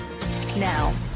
now